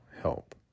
help